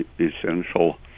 essential